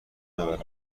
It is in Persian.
ببرم